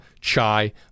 chai